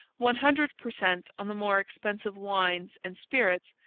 one hundred per cent on the more expensive wines and spirits,